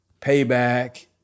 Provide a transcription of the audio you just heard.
payback